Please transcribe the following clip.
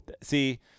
See